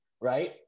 right